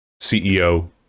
CEO